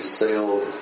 sailed